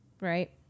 right